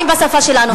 שלא מדברים בשפה שלנו.